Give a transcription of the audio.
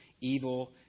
evil